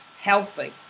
healthy